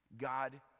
God